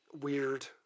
weird